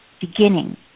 beginning